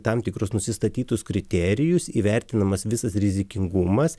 tam tikrus nusistatytus kriterijus įvertinamas visas rizikingumas